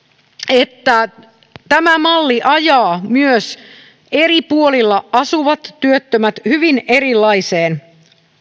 että tämä malli ajaa myös eri puolilla asuvat työttömät hyvin erilaiseen